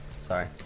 Sorry